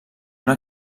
una